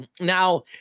Now